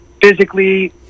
physically